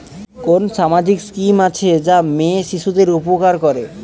কোন সামাজিক স্কিম আছে যা মেয়ে শিশুদের উপকার করে?